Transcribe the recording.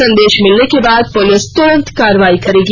संदेश मिलने के बाद पुलिस तुरंत कार्रवाई करेगी